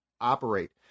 operate